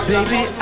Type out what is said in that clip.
Baby